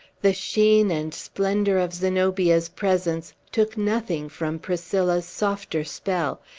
the sheen and splendor of zenobia's presence took nothing from priscilla's softer spell,